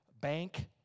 bank